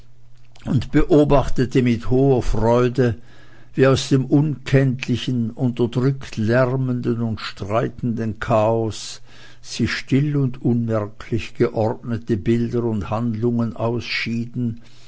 und beobachtete mit hoher freude wie aus dem unkenntlichen unterdrückt lärmenden und streitenden chaos sich still und unmerklich geordnete bilder und handlungen ausschieden